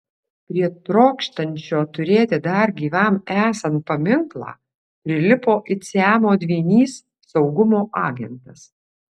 prie trokštančio turėti dar gyvam esant paminklą prilipo it siamo dvynys saugumo agentas